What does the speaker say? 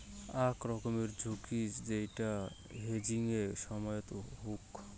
আক রকমের ঝুঁকি যেইটা হেজিংয়ের সময়ত হউক